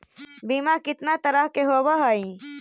बीमा कितना तरह के होव हइ?